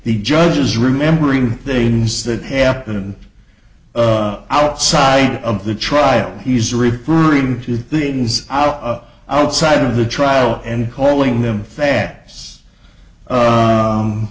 trial he judges remembering things that happened outside of the trial he's referring to things out outside of the trial and calling them fat